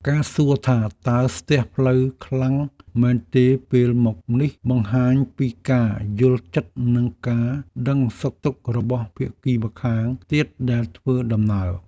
ការសួរថាតើស្ទះផ្លូវខ្លាំងមែនទេពេលមកនេះ បង្ហាញពីការយល់ចិត្តនិងការដឹងសុខទុក្ខរបស់ភាគីម្ខាងទៀតដែលធ្វើដំណើរ។